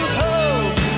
hope